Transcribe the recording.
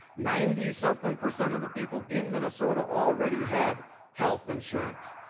ninetysomething percent of the people in minnesota already had health insurance.